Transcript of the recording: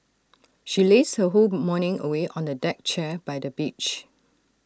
she lazed her whole morning away on A deck chair by the beach